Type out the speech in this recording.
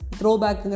Throwback